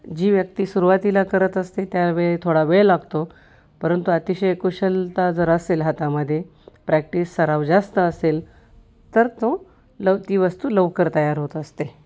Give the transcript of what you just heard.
जी व्यक्ती सुरुवातीला करत असते त्यावेळी थोडा वेळ लागतो परंतु अतिशय कुशलता जर असेल हातामध्ये प्रॅक्टिस सराव जास्त असेल तर तो लव ती वस्तू लवकर तयार होत असते